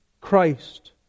Christ